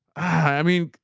i mean,